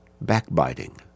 backbiting